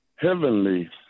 heavenly